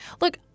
Look